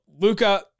Luca